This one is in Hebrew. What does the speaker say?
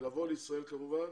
לבוא לישראל כמובן.